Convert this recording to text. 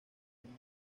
unión